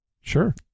Sure